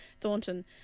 Thornton